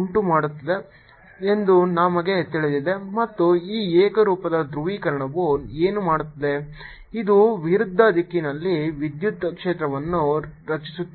ಉಂಟುಮಾಡುತ್ತದೆ ಎಂದು ನಮಗೆ ತಿಳಿದಿದೆ ಮತ್ತು ಈ ಏಕರೂಪದ ಧ್ರುವೀಕರಣವು ಏನು ಮಾಡುತ್ತದೆ ಇದು ವಿರುದ್ಧ ದಿಕ್ಕಿನಲ್ಲಿ ವಿದ್ಯುತ್ ಕ್ಷೇತ್ರವನ್ನು ರಚಿಸುತ್ತದೆ